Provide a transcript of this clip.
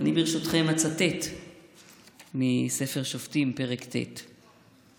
ברשותכם אני אצטט מספר שופטים פרק ט':